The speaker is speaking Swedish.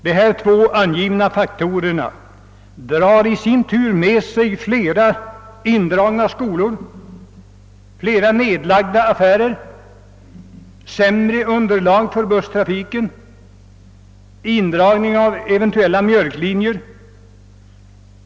De två här angivna faktorerna för i sin tur med sig flera indragningar av skolor, flera nedläggningar av affärer, sämre underlag för busstrafiken, indragning av eventuella mjölklinjer.